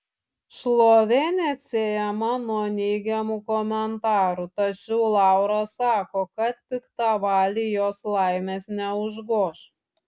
šlovė neatsiejama nuo neigiamų komentarų tačiau laura sako kad piktavaliai jos laimės neužgoš